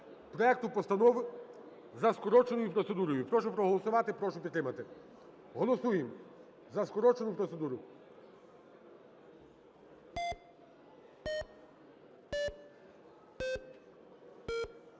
проекту постанови за скороченою процедурою. Прошу проголосувати, прошу підтримати. Голосуємо за скорочену процедуру.